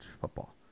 football